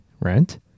Rent